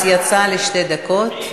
השר אקוניס יצא לשתי דקות,